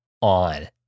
on